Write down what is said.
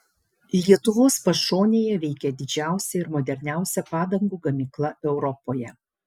lietuvos pašonėje veikia didžiausia ir moderniausia padangų gamykla europoje